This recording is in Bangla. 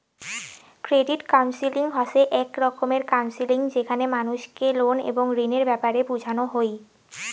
ক্রেডিট কাউন্সেলিং হসে এক রকমের কাউন্সেলিং যেখানে মানুষকে লোন এবং ঋণের ব্যাপারে বোঝানো হই